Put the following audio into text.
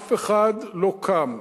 אף אחד לא קם.